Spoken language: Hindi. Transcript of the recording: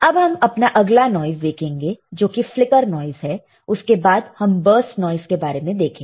अब हम अपना अगला नॉइस देखेंगे जो कि फ्लिकर नाइस है उसके बाद हम बरस्ट नॉइस के बारे में देखेंगे